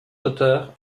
auteur